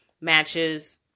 matches